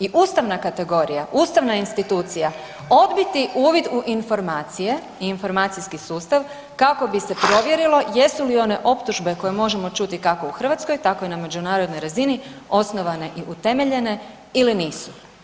i ustavna kategorija, ustavna institucija odbiti uvid u informacije i informacijski sustav kako bi se provjerilo jesu li one optužbe koje možemo čuti kako u Hrvatskoj, tako i na međunarodnoj razini osnovane i utemeljene ili nisu.